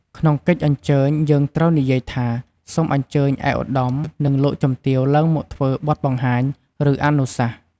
ក្នុងកិច្ចអញ្ជើញ យើងត្រូវនិយាយថា សូមអញ្ជើញឯកឧត្តម និងលោកជំទាវឡើងមកធ្វើបទបង្ហាញ ឬអនុសាសន៍។